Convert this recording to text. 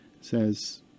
says